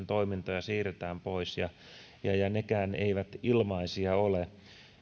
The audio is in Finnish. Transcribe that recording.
toimintoja siirretään pois nekään eivät ilmaisia ole